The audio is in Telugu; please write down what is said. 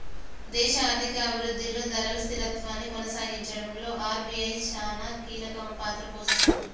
దేశ ఆర్థిక అభిరుద్ధిలో ధరల స్థిరత్వాన్ని కొనసాగించడంలో ఆర్.బి.ఐ చానా కీలకపాత్ర పోషిస్తది